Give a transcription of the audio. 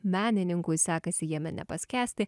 menininkui sekasi jame nepaskęsti